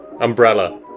Umbrella